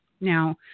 Now